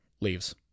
leaves